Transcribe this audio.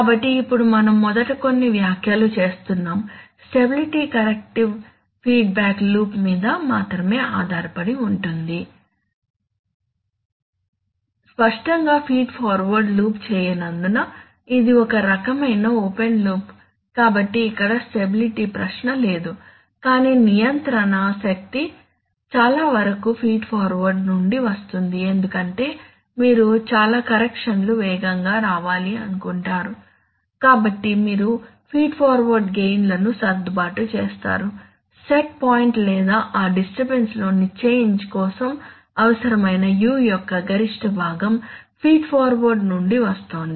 కాబట్టి ఇప్పుడు మనం మొదట కొన్ని వ్యాఖ్యలు చేస్తున్నాము స్టెబిలిటీ కరెక్టరిస్టిక్ ఫీడ్బ్యాక్ లూప్ మీద మాత్రమే ఆధారపడి ఉంటుంది స్పష్టంగా ఫీడ్ ఫార్వర్డ్ లూప్ చేయనందున ఇది ఒక రకమైన ఓపెన్ లూప్ కాబట్టి ఇక్కడ స్టెబిలిటీ ప్రశ్న లేదు కానీ నియంత్రణ శక్తి చాలావరకు ఫీడ్ ఫార్వర్డ్ నుండి వస్తుంది ఎందుకంటే మీరు చాలా కరెక్షన్ లు వేగంగా రావాలని కోరుకుంటారు కాబట్టి మీరు ఫీడ్ ఫార్వర్డ్ గెయిన్ లను సర్దుబాటు చేస్తారు సెట్ పాయింట్ లేదా ఆ డిస్టర్బన్స్ లోని చేంజ్ కోసం అవసరమైన U యొక్క గరిష్ట భాగం ఫీడ్ ఫార్వర్డ్ నుండి వస్తోంది